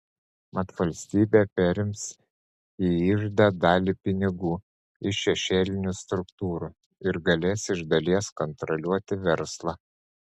mat valstybė perims į iždą dalį pinigų iš šešėlinių struktūrų ir galės iš dalies kontroliuoti verslą